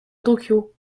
tokyo